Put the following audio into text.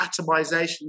atomization